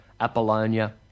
apollonia